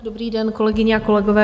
Dobrý den, kolegyně a kolegové.